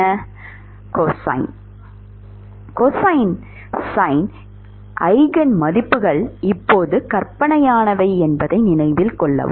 மாணவர் cosine cosine sine eigen மதிப்புகள் இப்போது கற்பனையானவை என்பதை நினைவில் கொள்ளவும்